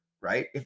right